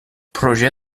proje